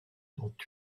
dont